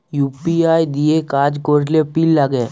UPI দিঁয়ে কাজ ক্যরলে পিল লাগে